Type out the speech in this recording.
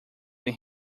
than